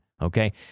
Okay